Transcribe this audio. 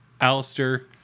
alistair